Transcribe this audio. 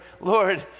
Lord